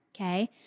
Okay